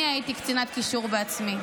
אני הייתי קצינת קישור בעצמי.